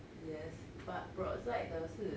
yes but Brotzeit 的是